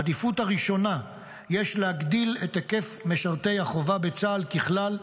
בעדיפות הראשונה יש להגדיל את היקף משרתי החובה בצה"ל ככלל,